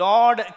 Lord